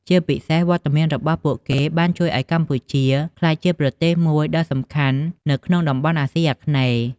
ជាពិសេស វត្តមានរបស់ពួកគេបានជួយឱ្យកម្ពុជាក្លាយជាប្រទេសមួយដ៏សំខាន់នៅក្នុងតំបន់អាស៊ីអាគ្នេយ៍។